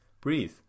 Breathe